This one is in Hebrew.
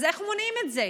אז איך מונעים את זה?